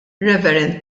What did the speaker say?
rev